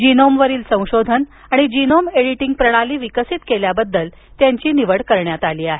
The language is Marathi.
जीनोमवरील संशोधन आणि जीनोम एडिटिंग प्रणाली विकसित केल्याबद्दल त्यांची निवड करण्यात आली आहे